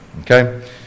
okay